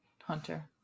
Hunter